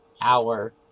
hour